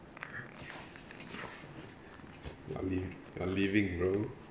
a li~ a living bro